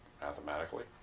mathematically